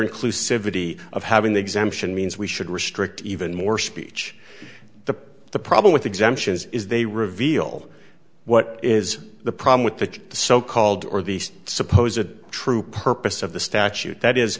the of having the exemption means we should restrict even more speech the the problem with exemptions is they reveal what is the problem with that the so called or the supposedly true purpose of the statute that is